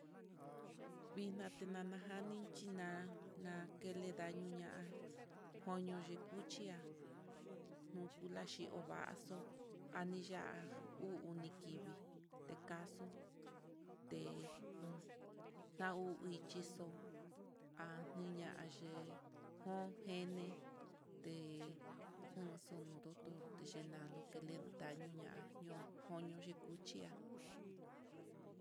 Vina tenana jani xhina na xhile daño ña'a koño xhikuté xhi'a yuku laxhi ova'axo, aya'a uu oni kivii, kaxuu té na uu nguichi xo'o há niñayi jun ngene te ngunxun ndutu teyenalo kelen daño ñoo koño yicuchi'a.